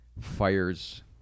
fires